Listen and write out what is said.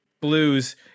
blues